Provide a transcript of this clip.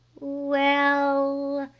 well.